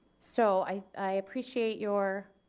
so i i appreciate your